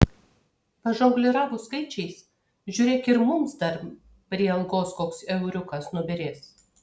pažongliravus skaičiais žiūrėk ir mums dar prie algos koks euriukas nubyrės